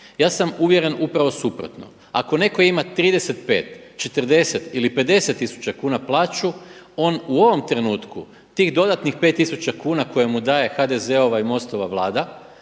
Ja sam uvjeren upravo suprotno. Ako neko ima 35, 40 ili 50 tisuća kuna plaću on u ovom trenutku tih dodatnih pet tisuća kuna koje mu daje HDZ-ova i MOST-ova Vlada